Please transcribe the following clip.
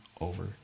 over